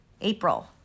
April